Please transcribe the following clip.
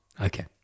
Okay